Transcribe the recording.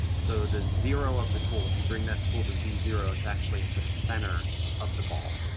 so the zero of the tool, if you bring that tool to zero, it's actually at the center of the ball.